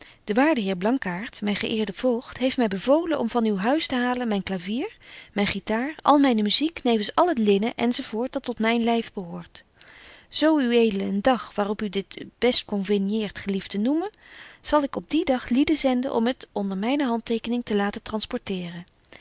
de waarde heer blankaart myn geëerde voogd heeft my bevolen om van uw huis te laten halen myn clavier myn guitar al myne muziek nevens al het linnen enz dat tot myn lyf behoort zo uwe een dag waar op dit u best convenieert gelieft te noemen zal ik op dien dag lieden zenden om het onder myne handtekening te laten transporteeren